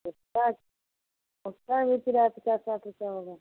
उसका उसका भी किराया पचास साठ रुपये होगा